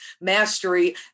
mastery